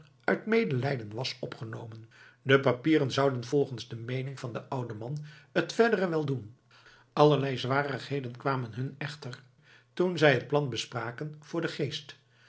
uit medelijden was opgenomen de papieren zouden volgens de meening van den ouden man het verdere wel doen allerlei zwarigheden kwamen hun echter toen zij het plan bespraken voor den geest